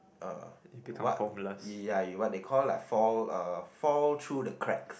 uh what ya you what they call lah fall uh fall through the cracks